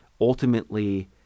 ultimately